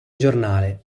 giornale